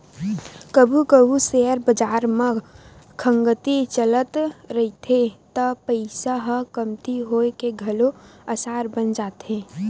कभू कभू सेयर बजार म खंगती चलत रहिथे त पइसा ह कमती होए के घलो असार बन जाथे